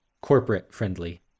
corporate-friendly